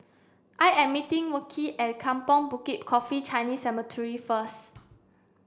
I am meeting Wilkie at Kampong Bukit Coffee Chinese Cemetery first